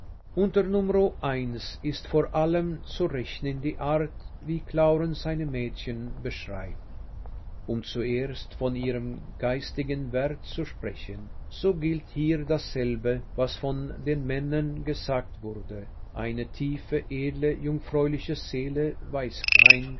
unter nro ist vor allem zu rechnen die art wie clauren seine mädchen beschreibt um zuerst von ihrem geistigen wert zu sprechen so gilt hier dasselbe was von den männern gesagt wurde eine tiefe edle jungfräuliche seele weiß kein